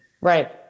right